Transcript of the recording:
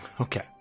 Okay